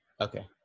Okay